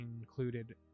included